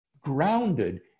grounded